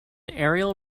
aerial